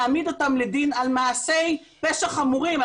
להעמיד אותם לדין על מעשי פשע חמורים.